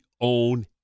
own